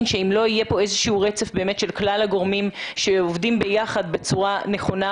שאם לא יהיה כאן איזשהו רצף של כלל הגורמים שעובדים ביחד בצורה נכונה,